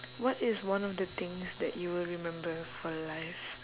what is one of the things that you will remember for life